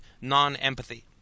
non-empathy